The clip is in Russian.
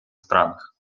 странах